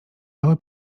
mały